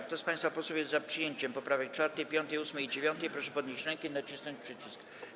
Kto z państwa posłów jest za przyjęciem poprawek 4., 5., 8. i 9., proszę podnieść rękę i nacisnąć przycisk.